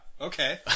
Okay